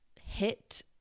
hit